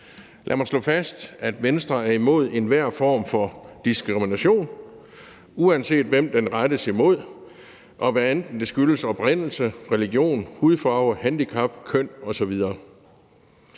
Lad mig slå fast, at Venstre er imod enhver form for diskrimination, uanset hvem den rettes imod, og hvad enten det skyldes oprindelse, religion, hudfarve, handicap eller køn osv.